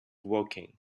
woking